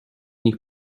nich